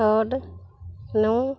code ਨੂੰ